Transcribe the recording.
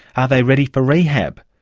are they ready for rehab?